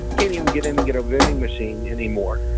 can't even get in and get a vending machine anymore.